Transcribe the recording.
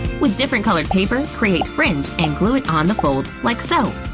with different colored paper, create fringe and glue it on the fold like so.